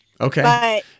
okay